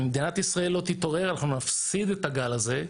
אם דעת ישראל לא תתעורר אנחנו נפסיד את הגל הזה,